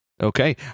Okay